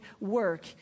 work